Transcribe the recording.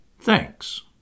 thanks